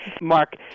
Mark